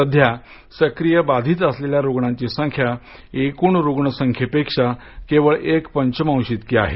सध्या सक्रीय बाधित असलेल्या रुग्णांची संख्या एकूण रुग्ण संख्ये पेक्षा केवळ एक पंचमाश इतकी आहे